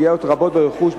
פגיעות רבות ברכוש,